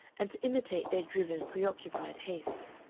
and to imitate their driven, preoccupied haste.